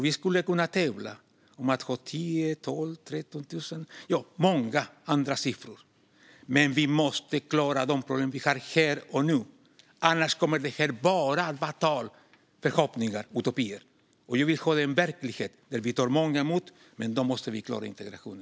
Då skulle vi kunna tävla med antal som 10 000, 12 000 eller 13 000 - ja, många olika siffror. Men vi måste klara de problem vi har här och nu, för annars kommer detta bara att handla om förhoppningar och utopier. Jag vill ha en verklighet där vi tar emot många, men då måste vi klara integrationen.